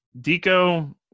Dico